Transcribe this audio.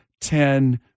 Ten